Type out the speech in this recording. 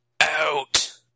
Out